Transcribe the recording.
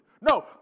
No